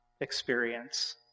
experience